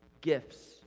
Gifts